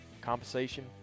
compensation